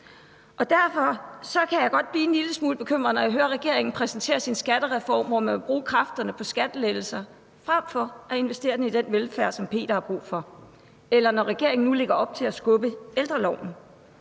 Derfor kan jeg godt blive en lille smule bekymret, når jeg hører regeringen præsentere sin skattereform, hvor man vil bruge kræfterne på skattelettelser frem for at investere i den velfærd, som Peter har brug for, eller når jeg hører, at regeringen nu lægger op til at udskyde ældreloven.